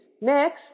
Next